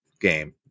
game